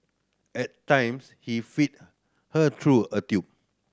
at times he fed her through a tube